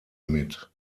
mit